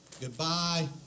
goodbye